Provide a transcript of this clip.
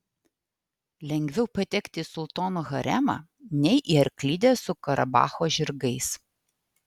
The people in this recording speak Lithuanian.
lengviau patekti į sultono haremą nei į arklidę su karabacho žirgais